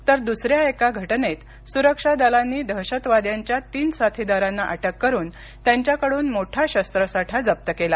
तर दुसऱ्या एका घटनेत सुरक्षा दलांनी दहशतवाद्यांच्या तीन साथीदारांना अटक करून त्यांच्याकडून मोठा शस्त्रसाठा जप्त केला